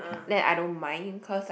then I don't mind because like